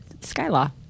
Skylaw